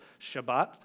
Shabbat